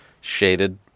shaded